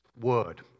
word